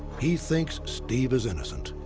he thinks steve is innocent.